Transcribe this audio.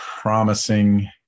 promising